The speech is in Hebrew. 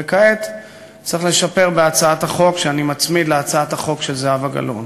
וכעת צריך לשפר בהצעת החוק שאני מצמיד להצעת החוק של זהבה גלאון.